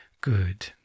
good